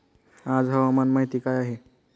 आज हवामान माहिती काय आहे?